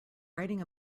writing